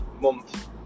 month